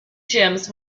gyms